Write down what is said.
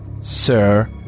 sir